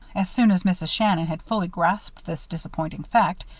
as soon as mrs. shannon had fully grasped this disappointing fact,